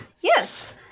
Yes